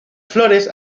flores